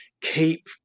keep